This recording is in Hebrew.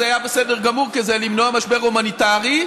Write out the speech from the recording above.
היה בסדר כי זה למנוע משבר הומניטרי,